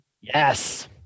Yes